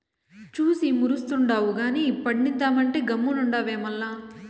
చూసి మురుస్తుండావు గానీ పండిద్దామంటే గమ్మునుండావే మల్ల